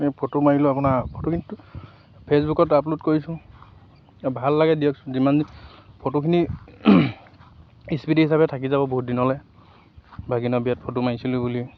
আমি ফটো মাৰিলোঁ আপোনাৰ ফটোখিনিতো ফেচবুকত আপলোড কৰিছোঁ ভাল লাগে দিয়কচোন ফটোখিনি স্মৃতি হিচাপে থাকি যাব বহুত দিনলৈ ভাগিনৰ বিয়াত ফটো মাৰিছিলোঁ বুলি